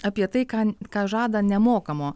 apie tai kan ką žada nemokamo